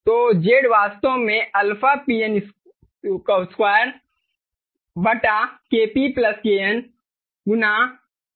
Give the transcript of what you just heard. तो Z वास्तव में αPN2 KP KNRP RN है